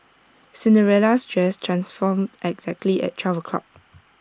Cinderella's dress transformed exactly at twelve o'clock